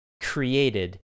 created